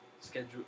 schedule